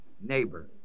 neighbor